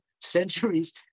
centuries